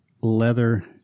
leather